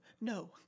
no